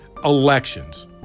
elections